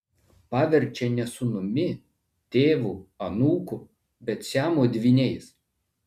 paverčia ne sūnumi tėvu anūku bet siamo dvyniais